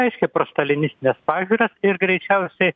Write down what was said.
reiškė prostalinistines pažiūras ir greičiausiai